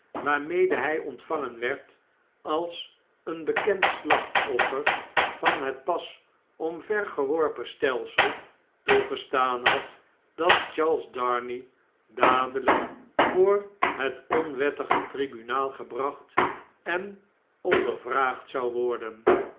waarmede hj ontvangen werd als een bekend slachtoffer van het pas omvergeworpen stelsel toegestaan had dat charles darnay dadeljjk voor het onwettige tribunaal gebracht en ondervraagd zou worden